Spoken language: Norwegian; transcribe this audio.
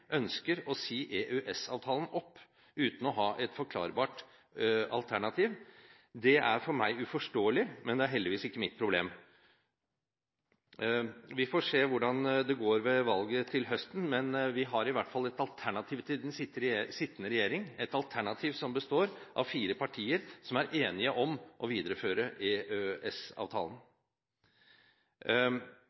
ønsker å si opp EØS-avtalen – uten å ha et klart alternativ. Det er for meg uforståelig, men det er heldigvis ikke mitt problem. Vi får se hvordan det går ved valget til høsten, men vi har i hvert fall et alternativ til den sittende regjering, et alternativ som består av fire partier som er enige om å videreføre